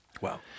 Wow